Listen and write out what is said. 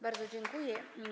Bardzo dziękuję.